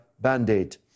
band-aid